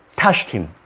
touched him.